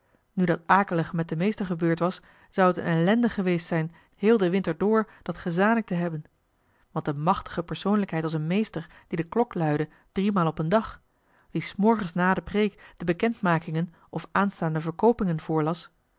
nu dat akelige met den meester gebeurd was zou het een ellende geweest zijn heel den winter door dat gezanik te hebben want een machtige persoonlijkheid als een meester die de klok luidde driemaal op een dag die s morgens na de preek de bekendmakingen of aanstaande verkoopingen voorlas